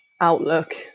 outlook